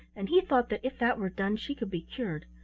and he thought that if that were done she could be cured.